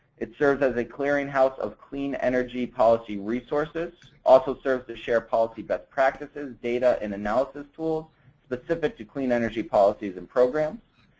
it serves as a clearing house of clean energy policy resources. it also serves to share policy best practices, data, and analysis tools specific to clean energy policies and programs.